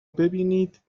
ببینید